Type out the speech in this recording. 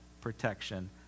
protection